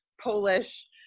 Polish